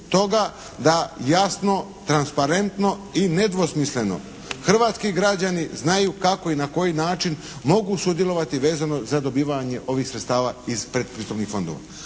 da jasno, transparentno i nedvosmisleno hrvatski građani znaju kako i na koji način mogu sudjelovati vezano za dobivanje ovih sredstava iz predpristupnih fondova.